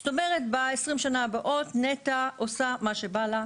זאת אומרת, ב-20 השנה הבאות נת"ע עושה מה שבא לה.